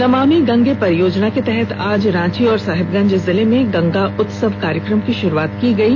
नमामि गंगे परियोजना के तहत आज रांची और साहेबगंज जिले में गंगा उत्सव कार्यक्रम की शुरूआत की गयी